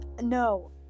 no